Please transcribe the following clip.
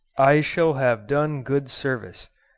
i shall have done good service,